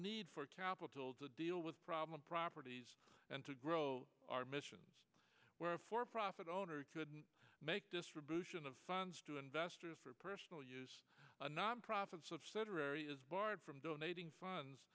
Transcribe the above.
need for capital to deal with problem properties and to grow our missions where a for profit owner could make distribution of funds to investors for personal use a nonprofit subsidiary is barred from donating funds